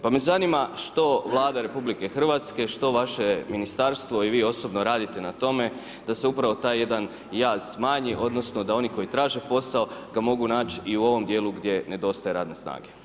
Pa me zanima što Vlada RH, što vaše ministarstvo i vi osobno radite na tome da se upravo taj jedan jaz smanji odnosno da oni koji traže posao ga mogu naći i u ovom djelu gdje nedostaje radne snage?